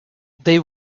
they